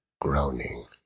groaning